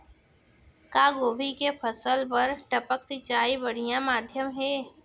का गोभी के फसल बर टपक सिंचाई बढ़िया माधयम हे?